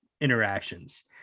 interactions